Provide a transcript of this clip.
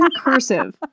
cursive